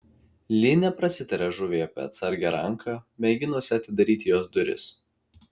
li neprasitarė žuviai apie atsargią ranką mėginusią atidaryti jos duris